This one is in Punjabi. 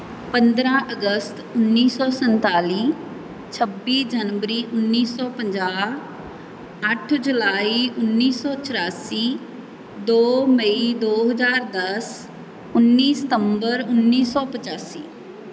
ਪੰਦਰਾ ਅਗਸਤ ਉੱਨੀ ਸੋ ਸੰਤਾਲੀ ਛੱਬੀ ਜਨਵਰੀ ਉੱਨੀ ਸੌ ਪੰਜਾਹ ਅੱਠ ਜੁਲਾਈ ਉੱਨੀ ਸੌ ਚੁਰਾਸੀ ਦੋ ਮਈ ਦੋ ਹਜ਼ਾਰ ਦਸ ਉੱਨੀ ਸਤੰਬਰ ਉੱਨੀ ਸੌ ਪਚਾਸੀ